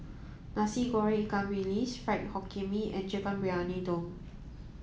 Nasi Goreng Ikan Bilis Fried Hokkien Mee and Chicken Briyani Dum